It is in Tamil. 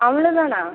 அவ்வளோ தானா